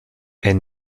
est